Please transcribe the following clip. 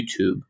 YouTube